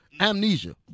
Amnesia